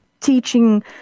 teaching